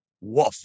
Woof